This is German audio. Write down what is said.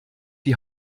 die